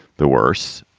the worse.